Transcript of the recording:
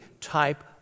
type